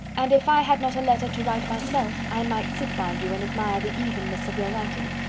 and if i had not a letter to write myself, i might sit by you and admire the evenness of your writing,